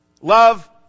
Love